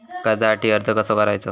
कर्जासाठी अर्ज कसो करायचो?